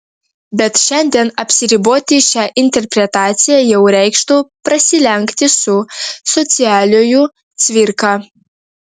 bet šiandien apsiriboti šia interpretacija jau reikštų prasilenkti su socialiuoju cvirka